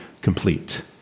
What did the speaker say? complete